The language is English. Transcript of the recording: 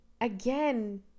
again